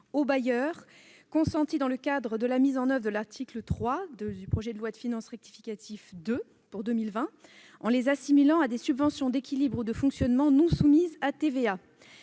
aux bailleurs, consentis dans le cadre de la mise en oeuvre de l'article 3 de la deuxième loi de finances rectificative pour 2020, en les assimilant à des subventions d'équilibre ou de fonctionnement non soumises à la TVA.